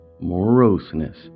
moroseness